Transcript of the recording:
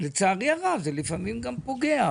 לצערי הרב, זה לפעמים גם פוגע.